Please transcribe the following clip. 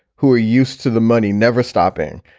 who are used to the money, never stopping,